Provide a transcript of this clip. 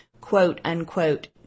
quote-unquote